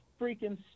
freaking